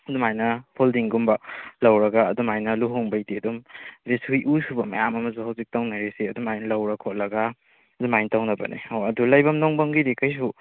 ꯑꯗꯨꯃꯥꯏꯅ ꯐꯣꯜꯗꯤꯡꯒꯨꯝꯕ ꯂꯧꯔꯒ ꯑꯗꯨꯃꯥꯏꯅ ꯂꯨꯍꯣꯡꯕꯩꯗꯤ ꯑꯗꯨꯝ ꯍꯧꯖꯤꯛꯇꯤ ꯎ ꯁꯨꯕ ꯃꯌꯥꯝ ꯑꯃꯁꯨ ꯍꯧꯖꯤꯛ ꯇꯧꯅꯔꯤꯁꯤ ꯑꯗꯨꯃꯥꯏꯅ ꯂꯧꯔ ꯈꯣꯠꯂꯒ ꯑꯗꯨꯃꯥꯏꯅ ꯇꯧꯅꯕꯅꯦ ꯍꯣꯏ ꯑꯗꯨ ꯂꯩꯐꯝ ꯅꯣꯡꯐꯝꯒꯤꯗꯤ ꯀꯔꯤꯁꯨ